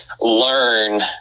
learn